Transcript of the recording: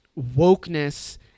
wokeness